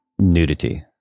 nudity